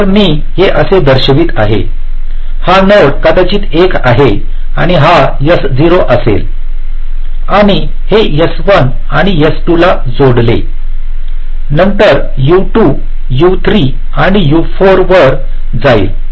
तर मी हे असे दर्शवित आहेहा नोड कदाचित 1 आहे आणि हा S0 असेल आणि हे S1 आणि S2 ला जोडेल नंतर U2 U3 आणि U4 वर जाईल